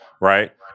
right